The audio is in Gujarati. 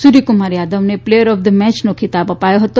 સુર્થ કુમાર યાદવને પ્લેયર ઓફ ધ મેચનો ખિતાબ અપાયો હતો